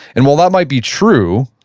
and while that might be true,